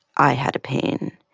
i had a pain.